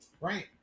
Right